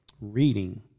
reading